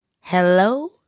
Hello